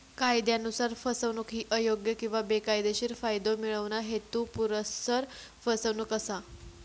कायदयानुसार, फसवणूक ही अयोग्य किंवा बेकायदेशीर फायदो मिळवणा, हेतुपुरस्सर फसवणूक असा